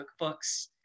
cookbooks